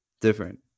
Different